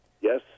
Yes